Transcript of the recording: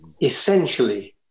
essentially